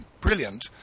brilliant